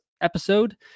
episode